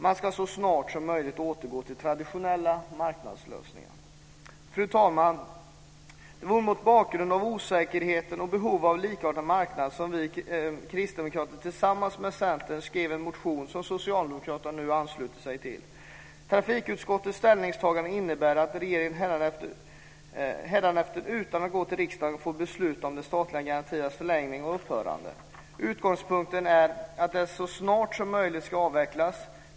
Man ska så snart som möjligt återgå till traditionella marknadslösningar. Fru talman! Det var mot bakgrund av osäkerheten och behovet av en likartad marknad som vi kristdemokrater tillsammans med Centern skrev en motion som Socialdemokraterna nu ansluter sig till. Trafikutskottets ställningstagande innebär att regeringen hädanefter utan att gå till riksdagen får besluta om de statliga garantiernas förlängning och upphörande. Utgångspunkten är att de så snart som möjligt ska avvecklas.